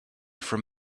from